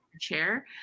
chair